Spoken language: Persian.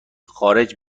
خارج